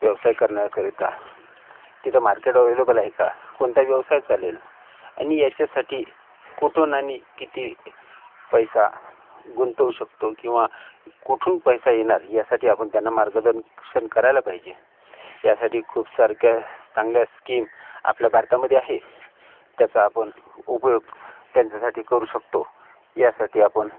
व्यवसाय करण्याकरिता तिथं मार्केट एवेलेबल आहे का कोणता व्यवसाय चालेल आणि याच्यासाठी कुठून आणि किती पैसा गुंतवू शकतो किंवा कुठून पैसा येणार यासाठी आपण त्यांना मार्गदर्शन करायला पाहिजे यासाठी खूप सारख्या चांगल्या स्कीम आपल्या भारतामध्ये आहे त्याचा आपण उपयोग त्यांच्यासाठी करू शकतो यासाठी आपण